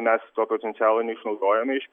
mes to potencialo neišnaudojame iš